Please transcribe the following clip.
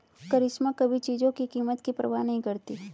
करिश्मा कभी चीजों की कीमत की परवाह नहीं करती